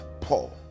Paul